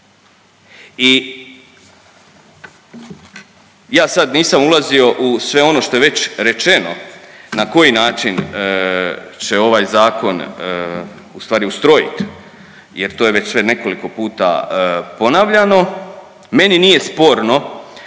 I ja sad nisam ulazio u sve ono što je već rečeno na koji način će ovaj zakon u stvari ustrojiti, jer to je već sve nekoliko puta ponavljano meni nije sporno